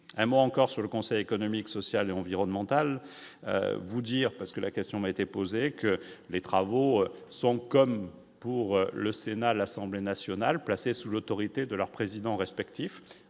un mot encore sur le Conseil économique, social et environnemental vous dire parce que la question a été posée, que les travaux sont, comme pour le Sénat, l'Assemblée nationale, placée sous l'autorité de leur président respectif